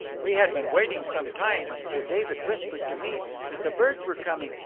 we had been waiting some time, when sir david whispered to me that the birds were coming,